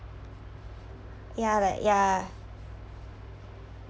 ya like ya